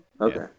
Okay